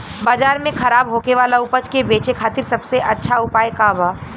बाजार में खराब होखे वाला उपज के बेचे खातिर सबसे अच्छा उपाय का बा?